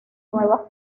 nuevas